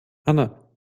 anna